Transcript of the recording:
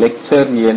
J இன்டக்ரலை